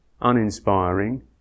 uninspiring